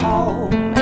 Home